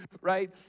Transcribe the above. right